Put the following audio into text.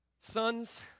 Sons